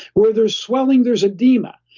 where there's swelling, there's edema.